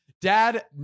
Dad